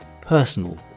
personal